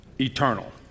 Eternal